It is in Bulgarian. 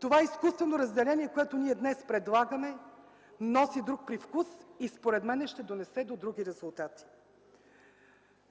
Това изкуствено разделение, което ние днес предлагаме, носи друг привкус и, според мен, ще доведе до други резултати.